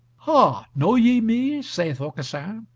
ha! know ye me? saith aucassin.